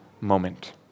moment